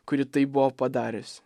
kuri tai buvo padarius